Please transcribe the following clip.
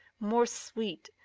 more sweet,